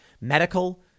medical